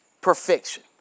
Perfection